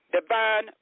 divine